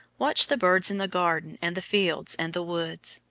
watch the birds in the garden, and the fields, and the woods.